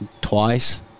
twice